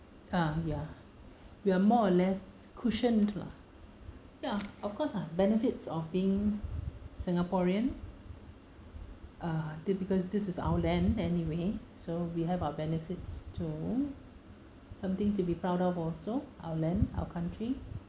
uh ya we are more or less cushioned lah ya of course ah benefits of being singaporean uh the because this is our land anyway so we have our benefits too something to be proud of also our land our country